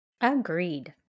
Agreed